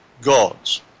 gods